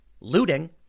looting